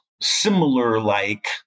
similar-like